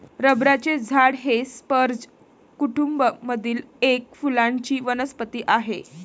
रबराचे झाड हे स्पर्ज कुटूंब मधील एक फुलांची वनस्पती आहे